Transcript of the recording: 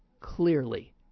clearly